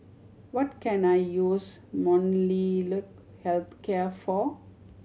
what can I use Molnylcke Health Care for